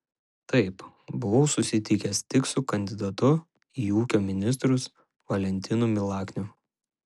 taip buvau susitikęs tik su kandidatu į ūkio ministrus valentinu milakniu